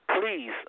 Please